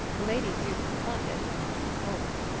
lady susan condit has not been told.